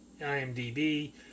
IMDb